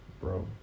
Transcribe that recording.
bro